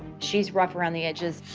she's rough around the edges.